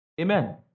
Amen